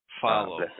Follow